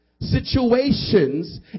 situations